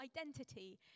identity